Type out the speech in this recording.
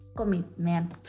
commitment